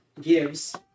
gives